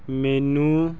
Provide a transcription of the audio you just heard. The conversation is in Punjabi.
ਮੈਨੂੰ